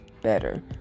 better